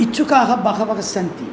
इच्छुकाः बहवः सन्ति